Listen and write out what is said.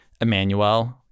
Emmanuel